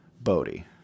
Bodhi